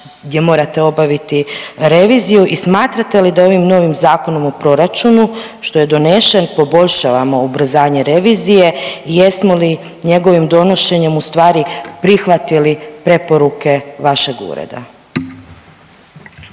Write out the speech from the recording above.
gdje morate obaviti reviziju i smatrate li da ovim novim Zakonom o proračunu što je donešen poboljšavamo ubrzanje revizije i jesmo li njegovim donošenjem ustvari prihvatili preporuke vašeg ureda?